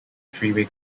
freeway